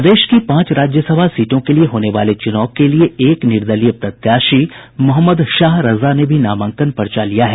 प्रदेश की पांच राज्यसभा सीटों के लिये होने वाले चूनाव के लिये एक निर्दलीय प्रत्याशी मोहम्मद शाह रजा ने भी नामांकन पर्चा लिया है